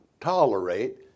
tolerate